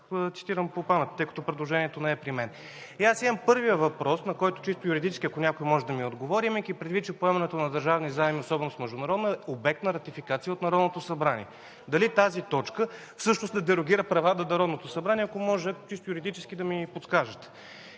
нататък – цитирам по памет, тъй като предложението не е при мен. И аз имам първия въпрос, на който чисто юридически, ако някой може да ми отговори, имайки предвид, че поемането на държавни заеми, особено международни, е обект на ратификация от Народното събрание. Дали тази точка всъщност не делегира права на Народното събрание, ако може чисто юридически да ми подскажете.